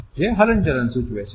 જે હલનચલન સૂચવે છે